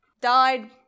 died